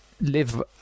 live